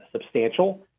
substantial